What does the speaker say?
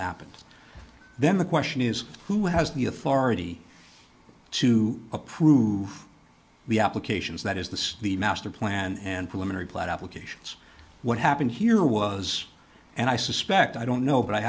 happens then the question is who has the authority to approve the applications that is this the master plan and preliminary plot applications what happened here was and i suspect i don't know but i